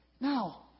Now